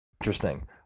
Interesting